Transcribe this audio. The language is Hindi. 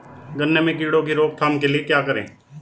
गन्ने में कीड़ों की रोक थाम के लिये क्या करें?